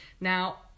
Now